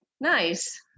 Nice